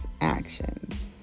actions